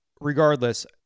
Regardless